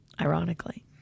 ironically